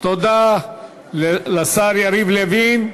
תודה לשר יריב לוין.